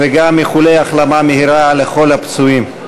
ואיחולי החלמה מהירה לכל הפצועים.